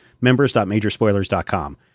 members.majorspoilers.com